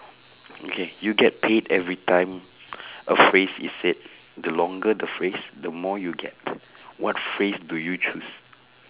okay you get paid every time a phrase is said the longer the phrase the more you get what phrase do you choose